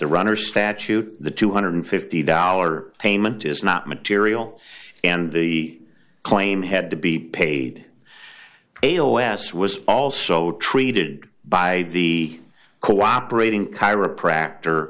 the runner statute the two hundred and fifty dollars payment is not material and the claim had to be paid a o s was also treated by the cooperating chiropractor